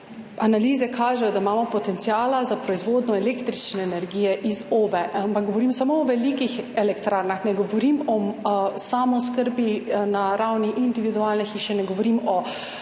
Analize kažejo, da imamo potenciale za proizvodnjo električne energije iz OVE, ampak govorim samo o velikih elektrarnah. Ne govorim o samooskrbi na ravni individualne hiše, ne govorim o